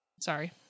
Sorry